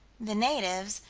the natives,